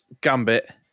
Gambit